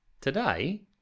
today